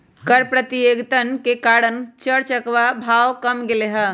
कर प्रतियोगितवन के कारण चर चकवा के भाव कम होलय है